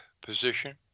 position